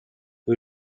who